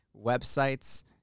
websites